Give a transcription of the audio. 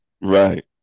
Right